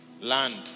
Land